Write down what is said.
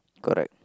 correct